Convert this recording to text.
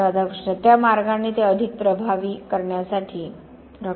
राधाकृष्ण त्या मार्गाने ते अधिक प्रभावी करण्यासाठी डॉ